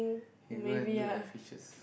can go and look at fishes